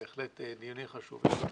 בהחלט דיונים חשובים.